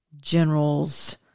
generals